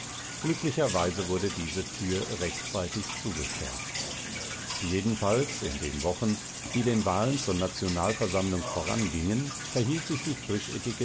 glücklicherweise wurde diese tür rechtzeitig zugesperrt jedenfalls in den wochen die den wahlen zur nationalversammlung vorangingen verhielt sich die